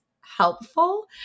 helpful